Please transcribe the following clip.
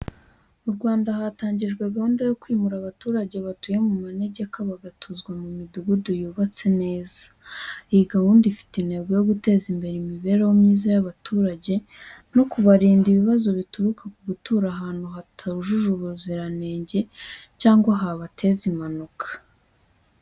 Mu Rwanda, hatangijwe gahunda yo kwimura abaturage batuye mu manegeka bagatuzwa mu midugudu yubatse neza. Iyi gahunda ifite intego yo guteza imbere imibereho myiza y’abaturage no kubarinda ibibazo bituruka ku gutura ahantu hatujuje ubuziranenge cyangwa habateza impanuka.